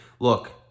Look